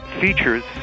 features